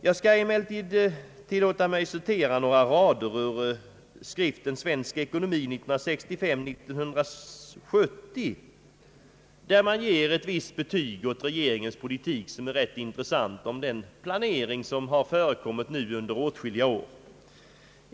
Jag skall emellertid citera några rader ur skriften »Svensk ekonomi» 1965 —70, där man ger ett betyg åt regeringens politik om den planering, som har förekommit under åtskilliga år.